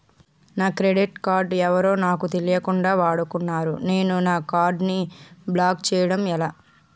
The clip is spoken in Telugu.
నా క్రెడిట్ కార్డ్ ఎవరో నాకు తెలియకుండా వాడుకున్నారు నేను నా కార్డ్ ని బ్లాక్ చేయడం ఎలా?